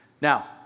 Now